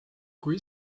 kui